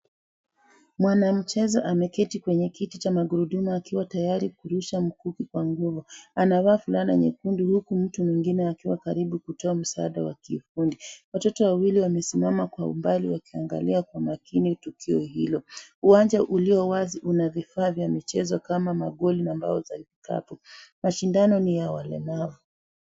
Mwanamchezo ameketi kwenye kiti cha maguruduma akiwa tayari kurusha mkuki kwa nguvu. Anavaa fulana nyekundu huku mtu mwingine akiwa karibu kutoa msaada wa kiufundi. Watoto wawili wamesimama kwa umbali wakiangalia kwa makini tukio hilo. Uwanja uliowazi una vifaa vya michezo magoli na mbao za vikapu. Mashindano ni ya walemavu.